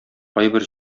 кайбер